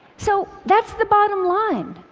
so that's the bottom line.